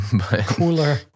Cooler